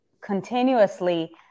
continuously